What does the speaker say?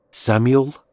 Samuel